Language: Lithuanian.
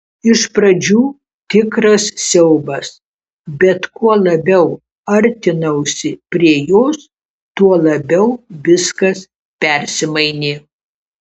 iš pradžių tikras siaubas bet kuo labiau artinausi prie jos tuo labiau viskas persimainė